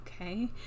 okay